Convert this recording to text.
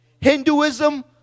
Hinduism